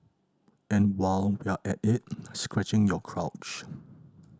and while we're at it scratching your crotch